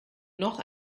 noch